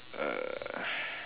uh